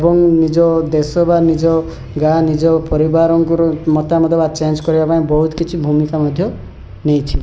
ଏବଂ ନିଜ ଦେଶ ବା ନିଜ ଗାଁ ନିଜ ପରିବାରଙ୍କର ମତାମତ ବା ଚେଞ୍ଜ୍ କରିବା ପାଇଁ ବହୁତ କିଛି ଭୂମିକା ମଧ୍ୟ ନେଇଛି